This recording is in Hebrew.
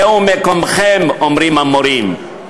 זהו מקומכם, אומרים המורים.